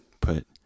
put